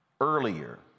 earlier